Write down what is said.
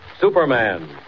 Superman